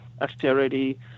austerity